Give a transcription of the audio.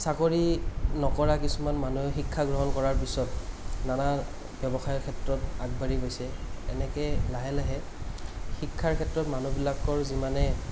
চাকৰি নকৰা কিছুমান মানুহে শিক্ষা গ্ৰহণ কৰাৰ পিছত নানান ব্য়ৱসায়ৰ ক্ষেত্ৰত আগবাঢ়ি গৈছে এনেকৈ লাহে লাহে শিক্ষাৰ ক্ষেত্ৰত মানুহবিলাকৰ যিমানে